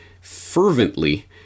fervently